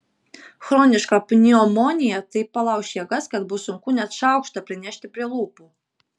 chroniška pneumonija taip palauš jėgas kad bus sunku net šaukštą prinešti prie lūpų